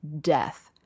death